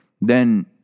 then-